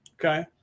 Okay